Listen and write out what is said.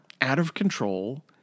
out-of-control